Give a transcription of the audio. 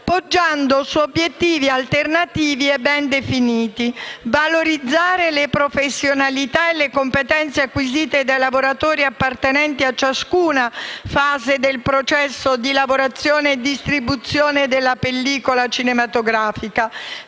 poggiando su obiettivi alternativi e ben definiti, che sono quelli di valorizzare le professionalità e le competenze acquisite dai lavoratori appartenenti a ciascuna fase del processo di lavorazione e distribuzione della pellicola cinematografica;